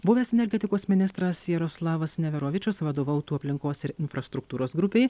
buvęs energetikos ministras jaroslavas neverovičius vadovautų aplinkos ir infrastruktūros grupei